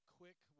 quick